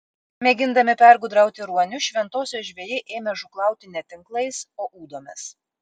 mėgindami pergudrauti ruonius šventosios žvejai ėmė žūklauti ne tinklais o ūdomis